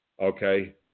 Okay